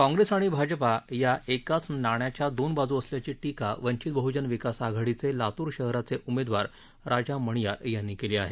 काँग्रेस आणि भाजप या एकाच नाण्याच्या दोन बाजू असल्याची टीका वंचित बह्जन विकास आघाडीचे लातूर शहराचे उमेदवार राजा मणियार यांनी केली आहे